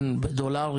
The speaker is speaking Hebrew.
בדולרים?